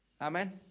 Amen